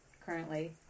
currently